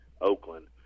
Oakland